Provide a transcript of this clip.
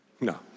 No